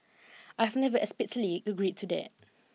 I have never explicitly agreed to that